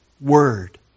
Word